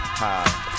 high